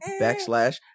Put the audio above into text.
backslash